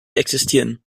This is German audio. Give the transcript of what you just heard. existieren